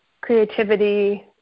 creativity